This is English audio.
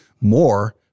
more